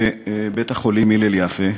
בבית-החולים הלל יפה.